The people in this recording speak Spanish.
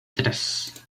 tres